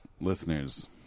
listeners